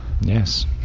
Yes